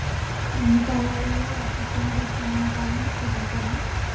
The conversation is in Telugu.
అన్ని కాలాల్లో అత్యంత ఇష్టమైన కాలం శీతాకాలం